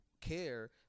care